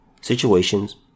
situations